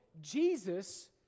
Jesus